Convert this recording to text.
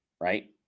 Right